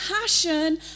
passion